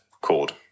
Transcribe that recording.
called